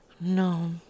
No